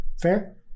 Fair